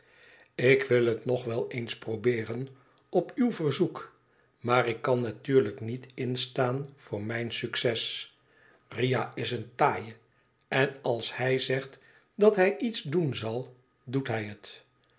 ik wil het nog wel eens probeeren op uw verzoek maar ik kan natuurlijk niet instaan voor mijn succes riah is een taaie enalshijzegtdathijiets doen zal doet hij het